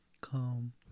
calm